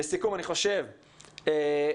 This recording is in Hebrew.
לסיכום, אני חושב שאנחנו